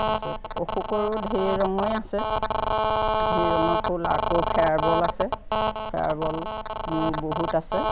তাৰ পিছত অশোকৰো ধেই ৰঙৰে আছে ধেই ৰঙৰ ফুল আকৌ ফেয়াৰবল আছে ফেয়াৰবল মোৰ বহুত আছে